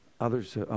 others